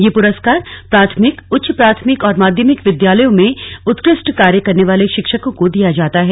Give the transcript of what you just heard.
यह पुरस्कार प्राथमिक उच्च प्राथमिक और माध्यमिक विद्यालयों में उत्कृष्ट कार्य करने वाले शिक्षकों को दिया जाता है